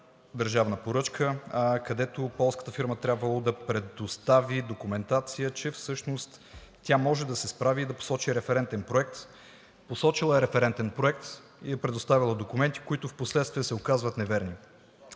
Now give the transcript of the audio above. държавна поръчка, където полската фирма трябвало да предостави документация, че всъщност тя може да се справи и да посочи референтен проект. Посочила е референтен проект и е предоставила документи, които впоследствие се оказват неверни.